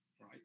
right